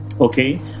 okay